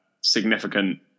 significant